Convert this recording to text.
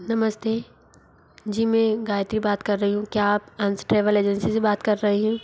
नमस्ते जी मैं गायत्री बात कर रही हूँ क्या आप अंश ट्रेवेल एजेंसी से बात कर रहे है